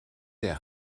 der